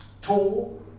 Tall